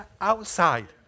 outside